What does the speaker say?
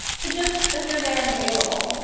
to just that you're there and available.